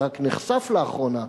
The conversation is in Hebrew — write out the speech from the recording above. זה רק נחשף לאחרונה,